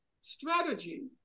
strategy